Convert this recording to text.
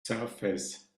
surface